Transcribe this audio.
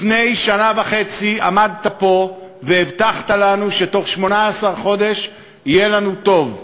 לפני שנה וחצי עמדת פה והבטחת לנו שבתוך 18 חודש יהיה לנו טוב.